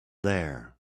there